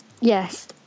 yes